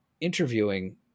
interviewing